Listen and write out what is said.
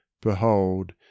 behold